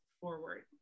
forward